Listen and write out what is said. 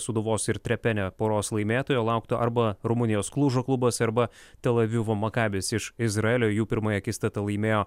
sūduvos ir trepene poros laimėtojo lauktų arba rumunijos klužo klubas arba tel avivo makabis iš izraelio jų pirmąją akistatą laimėjo